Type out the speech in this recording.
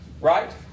right